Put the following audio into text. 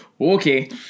Okay